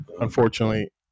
unfortunately